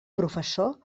professor